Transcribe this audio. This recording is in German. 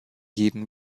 jeden